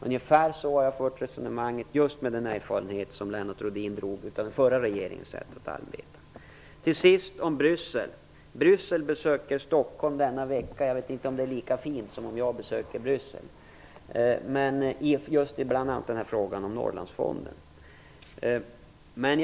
Ungefär så har jag fört resonemanget, just med den erfarenhet av den förra regeringens sätt att arbeta som Lennart Rohdin drog fram. Till sist några ord om Bryssel. Bryssel besöker Stockholm denna vecka - jag vet inte om det är lika fint som om jag skulle besöka Bryssel. Det gäller bl.a. frågan om Norrlandsfonden.